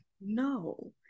no